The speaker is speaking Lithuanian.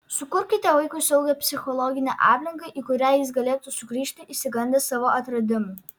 sukurkite vaikui saugią psichologinę aplinką į kurią jis galėtų sugrįžti išsigandęs savo atradimų